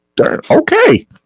Okay